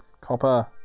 Copper